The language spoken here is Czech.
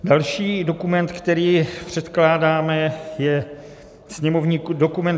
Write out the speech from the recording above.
Další dokument, který předkládáme, je sněmovní dokument 6996.